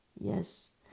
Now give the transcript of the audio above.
Yes